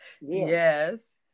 Yes